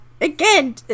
again